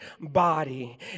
body